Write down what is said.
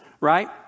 right